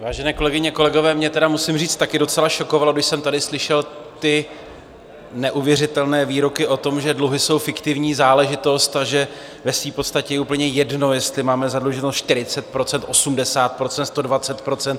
Vážené kolegyně, kolegové, mě tedy, musím říct, taky docela šokovalo, když jsem tady slyšel ty neuvěřitelné výroky o tom, že dluhy jsou fiktivní záležitost a ve své podstatě je úplně jedno, jestli máme zadluženost 40 %, 80 %, 120 %.